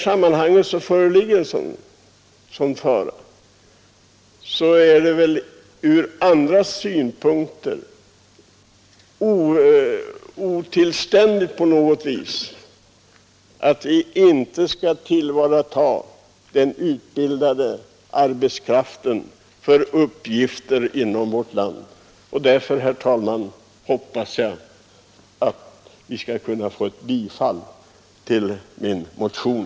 Det är ur alla synpunkter otillständigt att inte tillvarata den utbildade arbetskraften för uppgifter inom vårt land. Därför, herr talman, hoppas jag på ett bifall till min motion.